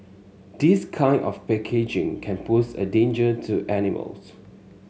this kind of packaging can pose a danger to animals